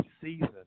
season